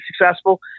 successful